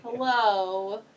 hello